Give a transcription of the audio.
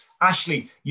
Ashley